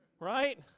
right